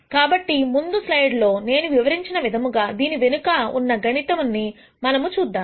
కాబట్టి ముందు స్లైడ్ లో నేను వివరించిన విధముగా దీని వెనుక ఉన్న గణితాన్ని మనము చూద్దాం